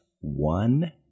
one